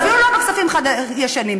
אפילו לא בכספים ישנים,